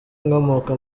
inkomoko